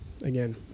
Again